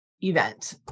event